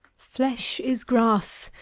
flesh is grass,